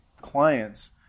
clients